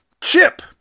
Chip